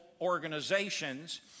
organizations